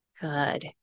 Good